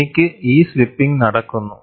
എനിക്ക് ഈ സ്ലിപ്പിംഗ് നടക്കുന്നു